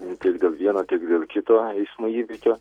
tiek dėl vieno tik dėl kito eismo įvykio